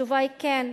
התשובה היא כן.